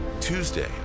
Tuesday